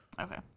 Okay